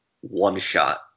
one-shot